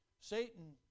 satan